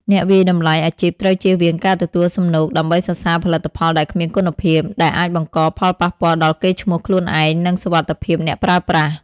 អ្នកវាយតម្លៃអាជីពត្រូវចៀសវាងការទទួលសំណូកដើម្បីសរសើរផលិតផលដែលគ្មានគុណភាព ដែលអាចបង្កផលប៉ះពាល់ដល់កេរ្តិ៍ឈ្មោះខ្លួនឯង និងសុវត្ថិភាពអ្នកប្រើប្រាស់។